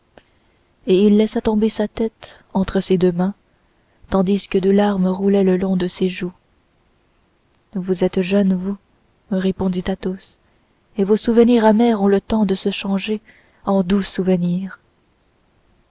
et il laissa tomber sa tête entre ses deux mains tandis que deux larmes roulaient le long de ses joues vous êtes jeune vous répondit athos et vos souvenirs amers ont le temps de se changer en doux souvenirs